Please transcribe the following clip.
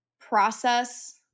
process